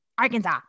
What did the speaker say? arkansas